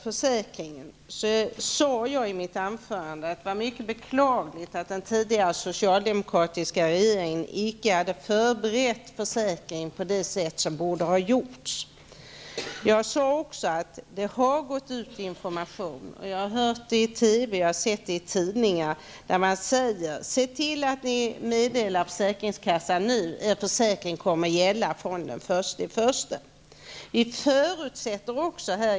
Jag sade i mitt anförande att det var mycket beklagligt att den tidigare socialdemokratiska regeringen icke hade förberett försäkringen på det sätt som borde ha gjorts. Jag sade också att det har gått ut information där man säger: Se till att ni meddelar försäkringskassan nu, och er försäkring kommer att gälla från den 1 januari. Jag har sett det på TV och i tidningar.